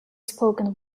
spoken